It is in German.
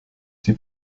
die